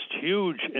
huge